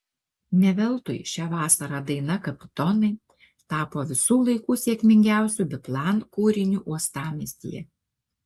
ne veltui šią vasarą daina kapitonai tapo visų laikų sėkmingiausiu biplan kūriniu uostamiestyje